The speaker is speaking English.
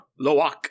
Loak